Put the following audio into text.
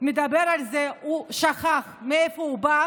מדבר על זה, שכח מאיפה הוא בא,